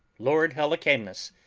lord helicanus,